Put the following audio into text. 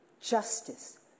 justice